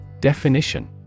Definition